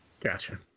Gotcha